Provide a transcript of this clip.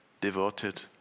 devoted